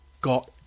got